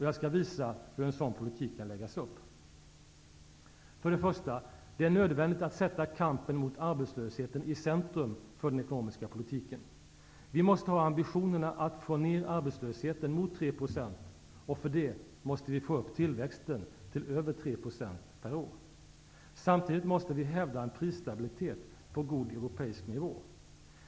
Jag skall visa hur en sådan politik kan läggas upp. För det första: det är nödvändigt att sätta kampen mot arbetslösheten i centrum för den ekonomiska politiken. Vi måste ha ambitionen att få ned arbetslösheten mot 3 % och för det måste vi få upp tillväxten till över 3 % per år. Samtidigt måste vi hävda en prisstabilitet på god europeisk nivå.